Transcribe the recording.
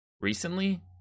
recently